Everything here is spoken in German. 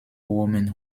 oomen